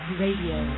radio